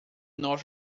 north